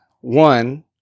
one